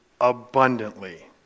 abundantly